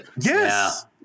yes